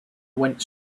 went